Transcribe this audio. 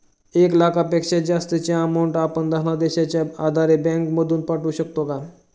एक लाखापेक्षा जास्तची अमाउंट आपण धनादेशच्या आधारे बँक मधून पाठवू शकतो का?